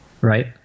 Right